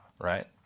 right